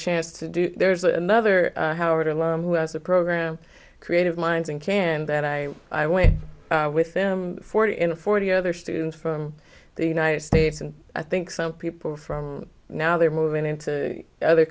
chance to do there's another howard alum who has a program creative minds and can that i i went with them forty in a forty other students from the united states and i think some people from now they're moving into other